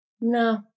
no